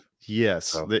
Yes